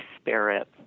spirit